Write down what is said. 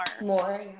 more